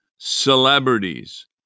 celebrities